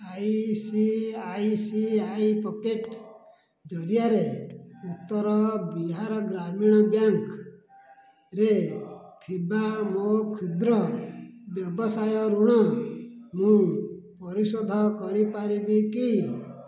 ICICI pocket ଜରିଆରେ ଉତ୍ତର ବିହାର ଗ୍ରାମୀଣ ବ୍ୟାଙ୍କ୍ରେ ଥିବା ମୋ କ୍ଷୁଦ୍ର ବ୍ୟବସାୟ ଋଣ ମୁଁ ପରିଶୋଧ କରିପାରିବି କି